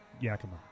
Yakima